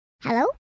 Hello